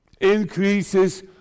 increases